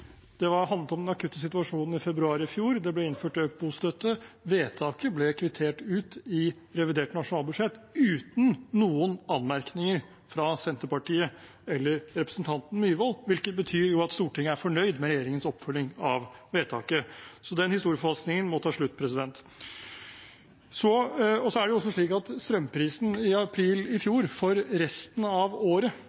Det handlet om den akutte situasjonen i februar i fjor, det ble innført økt bostøtte, og vedtaket ble kvittert ut i revidert nasjonalbudsjett uten noen anmerkninger fra Senterpartiet eller representanten Myhrvold, hvilket betyr at Stortinget er fornøyd med regjeringens oppfølging av vedtaket. Så den historieforfalskningen må ta slutt. Og strømprisen i april i fjor og